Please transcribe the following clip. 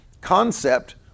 concept